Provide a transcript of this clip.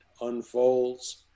unfolds